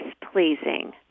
displeasing